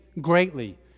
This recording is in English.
greatly